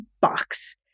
box